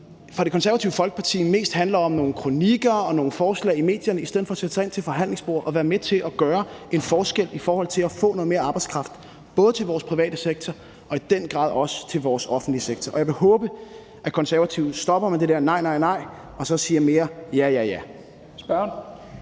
for Det Konservative Folkeparti mest handler om nogle kronikker og nogle forslag i medierne i stedet for at sætte sig ind til forhandlingsbordet og være med til at gøre en forskel i forhold til at få noget mere arbejdskraft, både til vores private sektor og i den grad også til vores offentlige sektor. Og jeg vil håbe, at De Konservative stopper med det der: nej nej nej – og så siger mere: ja ja ja.